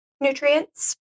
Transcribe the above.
nutrients